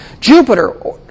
Jupiter